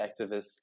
activists